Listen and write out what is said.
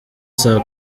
saa